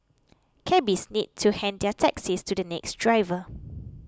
cabbies need to hand their taxis to the next driver